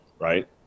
right